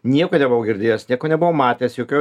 nieko nebuvau girdėjęs nieko nebuvau matęs jokio